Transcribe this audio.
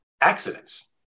accidents